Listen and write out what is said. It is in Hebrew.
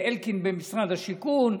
אלקין במשרד השיכון,